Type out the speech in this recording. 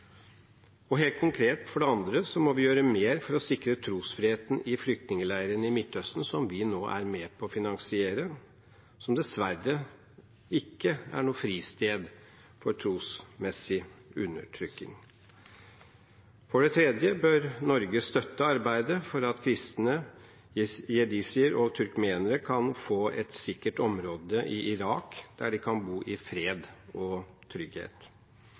religionsfrihet. Helt konkret – for det andre – må vi gjøre mer for å sikre trosfriheten i flyktningleirene i Midtøsten, som vi nå er med på å finansiere, og som dessverre ikke er noe fristed når det gjelder trosmessig undertrykking. For det tredje bør Norge støtte arbeidet for at kristne, jesidier og turkmenere kan få et sikkert område i Irak, der de kan bo i fred og trygghet.